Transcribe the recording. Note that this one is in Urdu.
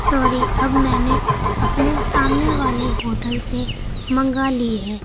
سوری اب میں نے اپنے سامنے والے ہوٹل سے منگا لی ہے